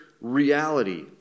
reality